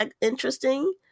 interesting